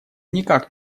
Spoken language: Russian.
никак